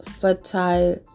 fertile